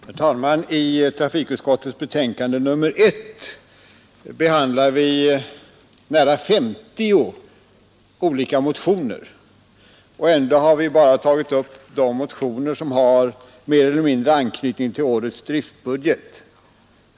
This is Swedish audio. Herr talman! I trafikutskottets betänkande nr 1 behandlar vi nära 50 olika motioner, och ändå har vi bara tagit upp de motioner som mer eller mindre har anknytning till årets driftbudget.